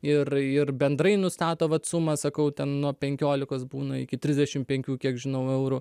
ir ir bendrai nustato vat sumą sakau ten nuo penkiolikos būna iki trisdešim penkių kiek žinau eurų